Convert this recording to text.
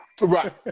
Right